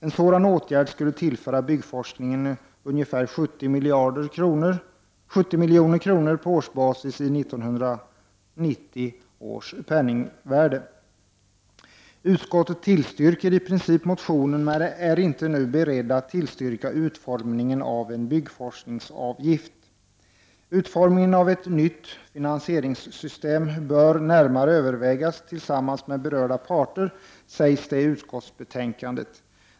En sådan åtgärd skulle tillföra byggforskningen ungefär 70 milj.kr. på årsbasis i 1990 års penningvärde. Utskottet tillstyrker i princip motionen men är inte nu berett att tillstyrka utformningen av en byggforskningsavgift. Utformningen av ett nytt finansieringssystem bör närmare övervägas tillsammans med berörda parter, sägs det i utskottsbetänkandet.